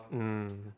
um